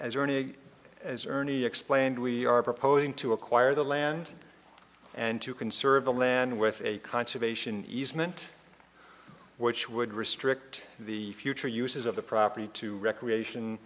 early as ernie explained we are proposing to acquire the land and to conserve the land with a conservation easement which would restrict the future uses of the property to recreation